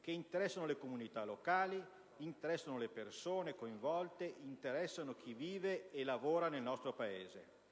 che interessano le comunità locali, interessano le persone coinvolte, interessano chi vive e lavora nel nostro Paese: